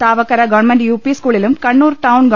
താവക്കര് government U P സ്കൂളിലും Kannur town ഗവ